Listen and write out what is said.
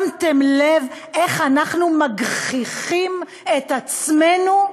שמתם לב איך אנחנו מגחיכים את עצמנו?